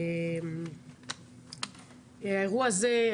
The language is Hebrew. האירוע הזה,